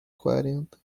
quarenta